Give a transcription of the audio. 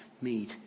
meet